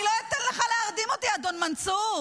אני לא אתן לך להרדים אותי, אדון מנסור.